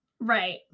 right